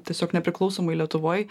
tiesiog nepriklausomoj lietuvoj